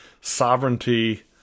sovereignty